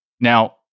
Now